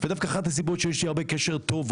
ודווקא אחת הסיבות שיש לי הרבה קשר טוב,